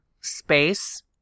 space